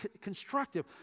constructive